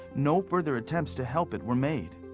no further attempts to help it were made.